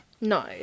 No